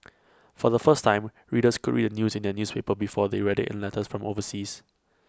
for the first time readers could read the news in their newspaper before they read IT in letters from overseas